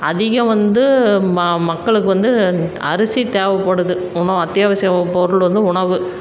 அதிகம் வந்து ம மக்களுக்கு வந்து அரிசி தேவைப்படுது உணவு அத்தியாவசிய பொருள் வந்து உணவு